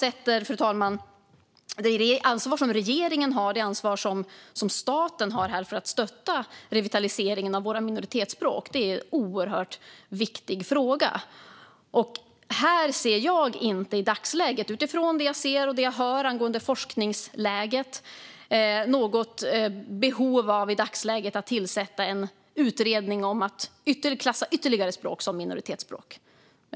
Det ansvar som regeringen och staten har för att stötta revitaliseringen av våra minoritetsspråk är en oerhört viktig fråga. Här finner jag inte, utifrån det jag ser och hör angående forskningsläget, att det finns något behov av att i dagsläget tillsätta en utredning om att klassa ytterligare språk som minoritetsspråk.